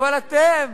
אבל אתם,